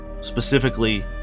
specifically